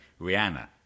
Rihanna